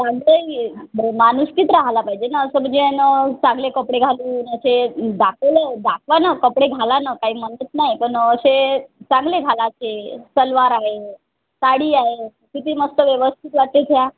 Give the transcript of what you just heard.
चालत आहे की माणुसकीच राह्यला पाहिजे ना असं म्हणजे ना चांगले कपडे घालून असे दाखवलं दाखवा ना कपडे घाला ना काही म्हणत नाही पण असे चांगले घालायचे सलवार आहे साडी आहे किती मस्त व्यवस्थित वाटते त्या